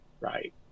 right